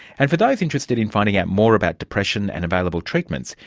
and for those interested in finding out more about depression and available treatments,